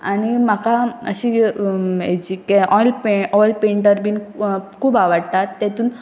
आनी म्हाका अशी हाची ऑल ऑयल पेंटर बीन खूब आवडटात तेतून